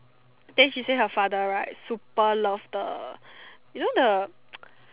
then she say her father right super love the you know the